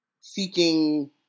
seeking